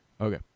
Okay